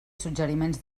suggeriments